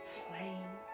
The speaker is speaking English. flame